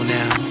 now